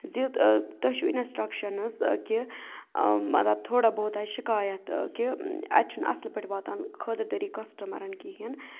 زِ تۄہہِ چھُ اِنَسٹرٛکشَنٕز کہِ مطلب تھوڑا بہت آے شِکایت کہِ اَتہِ چھُنہٕ اَصٕل پٲٹھۍ واتان خٲطردٲری کَسٹمَرَن کِہیٖنۍ